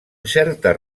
certes